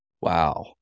Wow